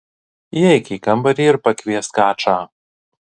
įeik į kambarį ir pakviesk ačą